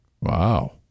Wow